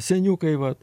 seniukai vat